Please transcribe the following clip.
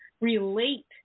relate